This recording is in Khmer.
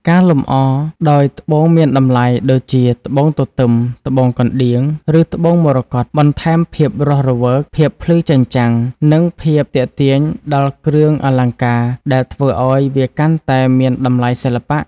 ការលម្អដោយ ត្បូងមានតម្លៃ ដូចជា ត្បូងទទឹម ត្បូងកណ្ដៀង ឬត្បូងមរកត បន្ថែមភាពរស់រវើក ភាពភ្លឺចែងចាំង និងភាពទាក់ទាញដល់គ្រឿងអលង្ការ ដែលធ្វើឱ្យវាកាន់តែមានតម្លៃសិល្បៈ។